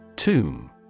Tomb